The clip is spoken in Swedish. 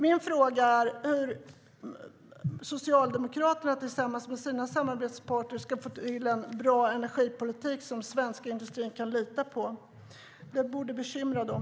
Min fråga är hur Socialdemokraterna tillsammans med sina samarbetspartner ska få till en bra energipolitik som den svenska industrin kan lita på. Detta borde bekymra dem.